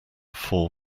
four